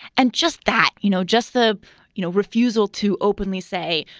and just that, you know, just the you know refusal to openly say,